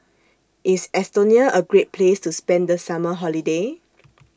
IS Estonia A Great Place to spend The Summer Holiday